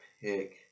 pick